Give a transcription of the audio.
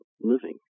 living